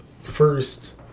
first